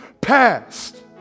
past